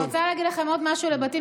אני רוצה להגיד לכם עוד משהו לגבי בתים